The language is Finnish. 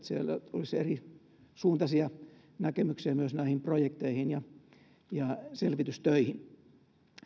siellä olisi erisuuntaisia näkemyksiä myös näihin projekteihin ja ja selvitystöihin